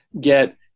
get